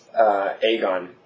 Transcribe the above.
Aegon